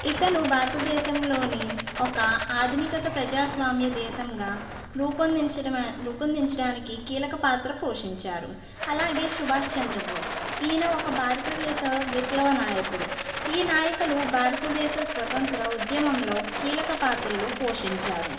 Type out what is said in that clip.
ఇతను భారతదేశంలోని ఒక ఆధునికత ప్రజాస్వామ్య దేశంగా రూపొందించటం అనే రూపొందించడానికి కీలక పాత్ర పోషించారు అలాగే సుభాష్ చంద్రబోస్ ఈయన ఒక భారతదేశ విప్లవ నాయకుడు ఈ నాయకలు భారతదేశ స్వతంత్ర ఉద్యమంలో కీలక పాత్రులు పోషించారు